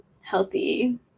healthy